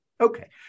Okay